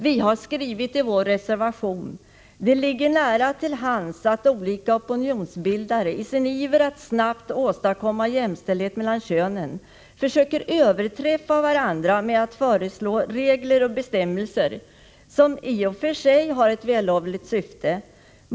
Vi har skrivit i vår reservation: ”Det ligger nära till hands att olika opinionsbildare i sin iver att snabbt åstadkomma jämställdhet mellan könen försöker överträffa varandra med att föreslå regler och bestämmelser som i och för sig har ett vällovligt syfte.